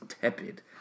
tepid